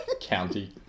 County